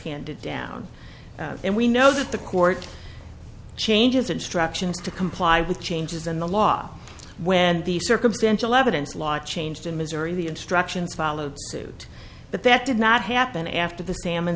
handed down and we know that the court changes instructions to comply with changes in the law when the circumstantial evidence law changed in missouri the instructions followed suit but that did not happen after the salmon